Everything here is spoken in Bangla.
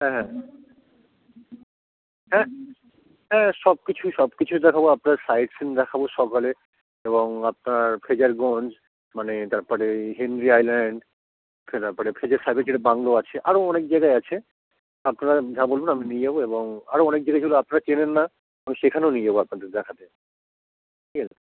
হ্যাঁ হ্যাঁ হ্যাঁ হ্যাঁ সব কিছুই সব কিছুই দেখাবো আপনার সাইট সিন দেখাবো সকালে এবং আপনার ফ্রেজারগঞ্জ মানে তারপরে হেনরি আইল্যান্ড তারপরে ফ্রেজার সাহেবের যেটা বাংলো আছে আরও অনেক জায়গাই আছে আপনারা যা বলবেন আমি নিয়ে যাবো এবং আরও অনেক জায়গা যেগুলো আপনারা চেনেন না আমি সেখানেও নিয়ে যাবো আপনাদের দেখাতে ঠিক আছে